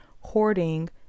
hoarding